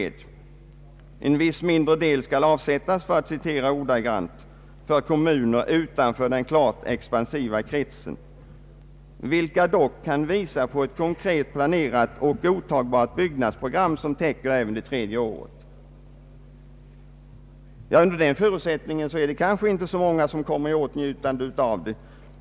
Vidare säger han att en viss mindre del skall avsättas för fördelning på kommuner utanför den klart expansiva kretsen, vilka dock kan visa på ett konkret planerat och godtagbart byggnadsprogram som täcker även detta tredje år. Under denna förutsättning är det kanske inte så många kommuner som kommer i åtnjutande därav.